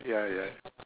ya ya